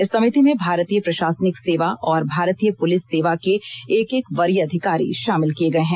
इस समिति में भारतीय प्रशासनिक सेवा और भारतीय पुलिस सेवा के एक एक वरीय अधिकारी शामिल किए गए हैं